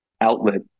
outlet